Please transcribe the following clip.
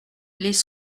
les